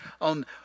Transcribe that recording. on